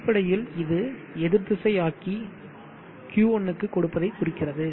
அடிப்படையில் இது எதிர்திசை ஆக்கி Q1 க்கு கொடுப்பதை குறிக்கிறது